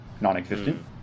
non-existent